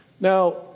Now